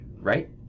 right